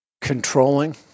controlling